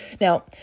Now